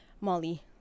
Molly